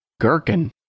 Gherkin